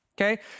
Okay